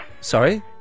Sorry